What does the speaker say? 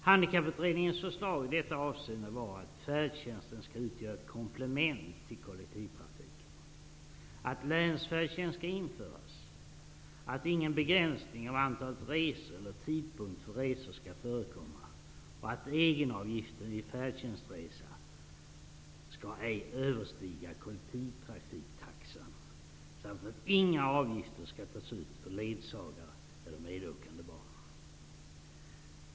Handikapputredningens förslag i detta avseende är att färdtjänsten skall utgöra ett komplement till kollektivtrafiken, att länsfärdtjänst skall införas, att ingen begränsning beträffande antalet resor eller tidpunkten för resor skall förekomma och att egenavgiften vid färdtjänstresa ej skall överstiga kollektivtrafiktaxan. Dessutom skall inga avgifter tas ut för ledsagare och medåkande barn.